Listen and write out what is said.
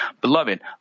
Beloved